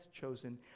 chosen